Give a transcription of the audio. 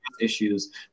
issues